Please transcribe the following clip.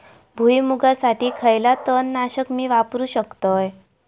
भुईमुगासाठी खयला तण नाशक मी वापरू शकतय?